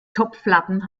topflappen